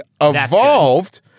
evolved